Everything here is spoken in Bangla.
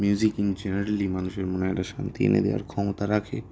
মিউজিক ইন জেনারেলি মানুষের মনের একটা শান্তি এনে দেওয়ার ক্ষমতা রাখে